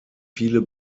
viele